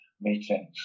meetings